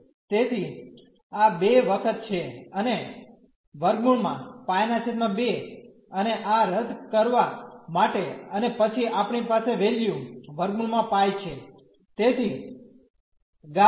તેથી આ 2 વખત છે અને √ π2 અને આ રદ કરવા માટે અને પછી આપણી પાસે વેલ્યુ √π છે